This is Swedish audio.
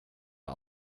har